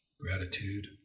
gratitude